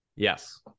Yes